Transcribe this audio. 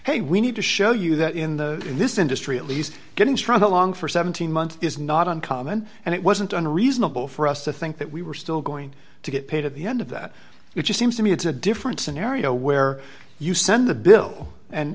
hey we need to show you that in the in this industry at least get in trouble long for seventeen months is not uncommon and it wasn't unreasonable for us to think that we were still going to get paid at the end of that it just seems to me it's a different scenario where you send the bill and